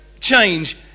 change